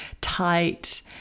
tight